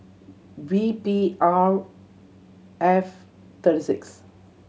V P R F three six